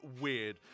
weird